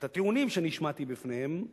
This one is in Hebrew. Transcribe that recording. את הטיעונים שאני השמעתי בפניהם,